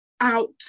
out